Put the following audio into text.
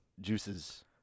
juices